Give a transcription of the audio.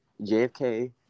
JFK